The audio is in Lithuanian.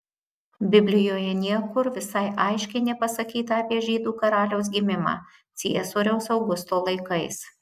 biblijoje niekur visai aiškiai nepasakyta apie žydų karaliaus gimimą ciesoriaus augusto laikais